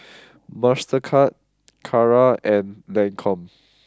Mastercard Kara and Lancome